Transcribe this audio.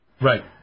Right